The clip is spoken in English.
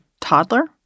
toddler